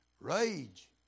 rage